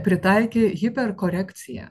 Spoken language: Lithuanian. pritaikė hiperkorekciją